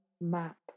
map